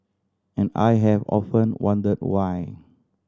and I have often wonder why